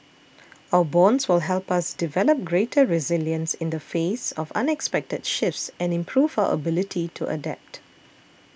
our bonds will help us develop greater resilience in the face of unexpected shifts and improve our ability to adapt